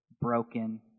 broken